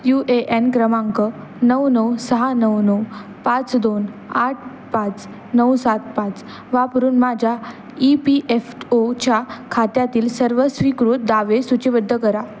you A N क्रमांक नऊ नऊ सहा नऊ नऊ पाच दोन आठ पाच नऊ सात पाच वापरून माझ्या ई पी एफ ओच्या खात्यातील सर्व स्वीकृत दावे सूचीबद्ध करा